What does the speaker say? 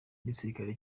n’igisirikare